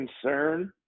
concern